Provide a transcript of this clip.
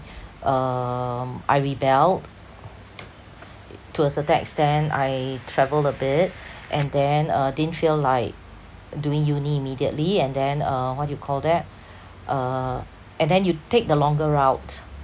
um I rebelled to a certain extent I travelled a bit and then uh didn't feel like doing uni immediately and then uh what do you call that uh and then you take the longer route